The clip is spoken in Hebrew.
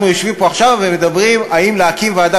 אנחנו יושבים פה עכשיו ומדברים אם להקים ועדה